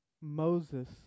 Moses